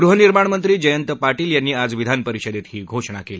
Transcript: गृहनिर्माण मंत्री जयंत पाटील यांनी आज विधापरिषदेत ही घोषणा केली